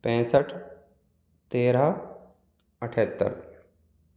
पैसठ तेरह अठत्तर